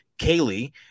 Kaylee